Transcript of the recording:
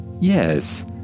Yes